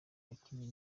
yakinnye